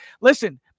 Listen